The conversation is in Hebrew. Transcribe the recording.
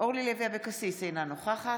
אורלי לוי אבקסיס, אינה נוכחת